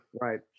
Right